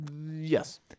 yes